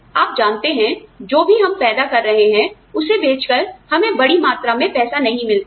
आप जानते हैंजो भी हम पैदा कर रहे हैं उसे बेचकर हमें बड़ी मात्रा में पैसा नहीं मिलता है